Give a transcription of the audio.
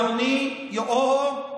או-הו.